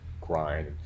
grind